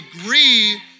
agree